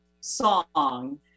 song